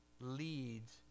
leads